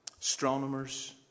Astronomers